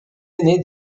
aîné